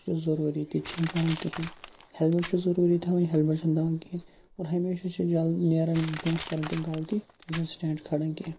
سُہ ضروٗری تِتہٕ چھَنہٕ کَرٕنۍ کِہیٖنۍ ہیٚلمٹ چھُ ضروٗری تھاوٕنۍ ہیٚلمٹ چھَنہٕ تھاوٕنۍ کِہیٖنۍ اور ہَمیشہ چھُ نیران برونٛہہ کَران تِم غَلطی یُس نہٕ سٹینٛڈ چھُ کھالان کینٛہہ